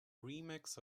remix